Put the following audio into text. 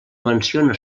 menciona